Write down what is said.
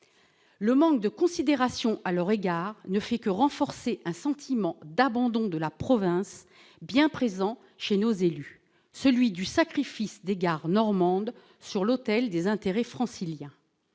Le manque de considération à leur égard ne fait que renforcer un sentiment d'abandon de la province bien présent chez nos élus : celui du sacrifice des gares normandes sur l'autel des intérêts franciliens